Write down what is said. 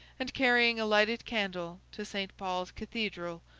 and carrying a lighted candle, to st. paul's cathedral,